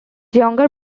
younger